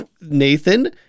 Nathan